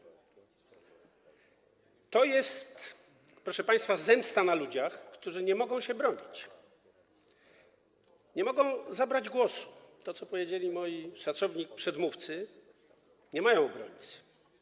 To jest, proszę państwa, zemsta na ludziach, którzy nie mogą się bronić, nie mogą zabrać głosu, to, co powiedzieli moi szacowni przedmówcy, nie mają obrońcy.